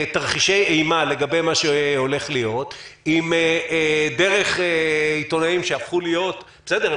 תרחישי איימה לגבי מה שהולך להיות דרך עיתונאים שהפכו להיות בסדר,